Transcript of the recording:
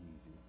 easy